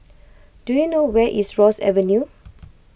do you know where is Ross Avenue